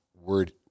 word